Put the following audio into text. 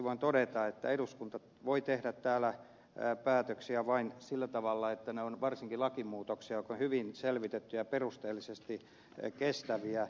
voin todeta että eduskunta voi tehdä täällä päätöksiä vain sillä tavalla että ne ovat varsinkin lakimuutoksia jotka on hyvin selvitetty ja jotka ovat perusteellisesti kestäviä